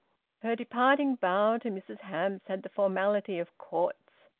her departing bow to mrs hamps had the formality of courts,